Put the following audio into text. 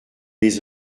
les